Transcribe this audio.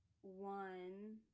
One